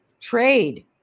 trade